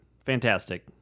Fantastic